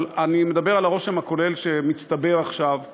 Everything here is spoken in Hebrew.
אבל אני מדבר על הרושם הכולל שמצטבר עכשיו לגביו.